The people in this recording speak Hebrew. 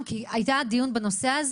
בנושא הזה